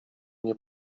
nie